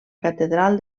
catedral